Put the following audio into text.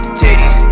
titties